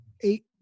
eight